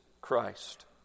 Christ